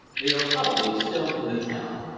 they are probably still in the town.